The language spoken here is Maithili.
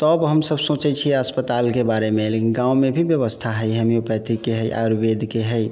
तब हमसभ सोचै छियै अस्पतालके बारेमे लेकिन गाममे भी व्यवस्था हइ होम्योपैथीके हइ आयुर्वेदके हइ